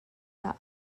dah